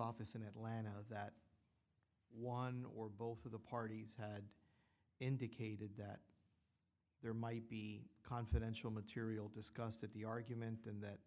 office in atlanta that one or both of the parties had indicated that there might be confidential material discussed at the argument and that